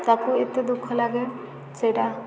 ତାକୁ ଏତେ ଦୁଃଖ ଲାଗେ ସେଇଟା